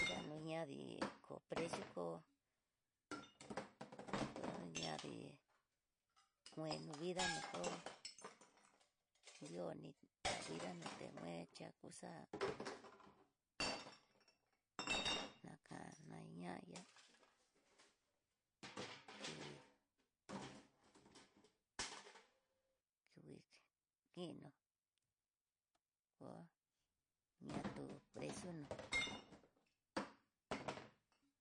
Nida niña kó precio ko, ka ñadi kueno vidanó ko'ó nrio ni tá vida no ti nechá kuxa na kana ihá yá, kui kui ki kininá kua na ku precio nó.